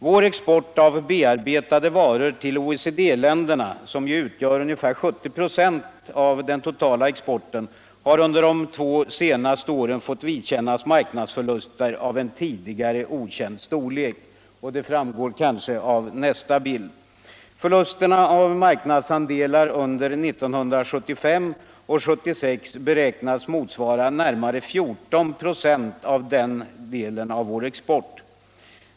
Vår export av bearbetade varor till OECD-länderna, som utgör ungefär 70 26 av den totala exporten, har under de två senaste åren fått vidkännas marknadsförluster av en tidigare okänd storlek vilket framgår av nästa bild. Förlusterna av marknadsandetar under 1975 och 1976 beräknas motsvara närmare 14 96 av den delen av vår cxport.